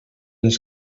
les